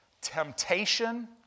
Temptation